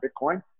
Bitcoin